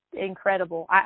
incredible